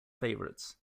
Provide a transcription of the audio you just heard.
favourites